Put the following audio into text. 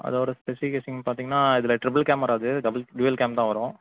அதோட பெசிஃபிகேஷன் பார்த்திங்கனா இதில் ட்ரிபிள் கேமரா இது டவுள் டூவெல் கேமரா வரும்